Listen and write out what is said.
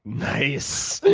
nice.